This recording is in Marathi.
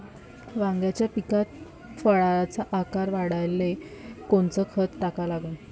वांग्याच्या पिकात फळाचा आकार वाढवाले कोनचं खत टाका लागन?